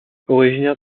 originaire